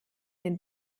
den